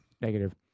Negative